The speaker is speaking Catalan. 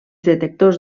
detectors